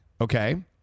okay